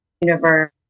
universe